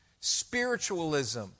spiritualism